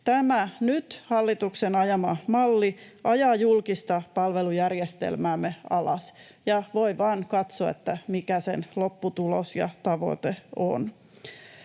Tämä hallituksen nyt ajama malli ajaa julkista palvelujärjestelmäämme alas, ja voi vaan katsoa, mikä sen lopputulos ja tavoite on.